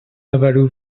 avaloù